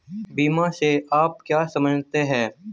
बीमा से आप क्या समझते हैं?